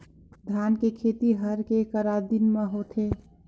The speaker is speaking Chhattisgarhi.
धान के खेती हर के करा दिन म होथे?